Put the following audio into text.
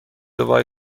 وای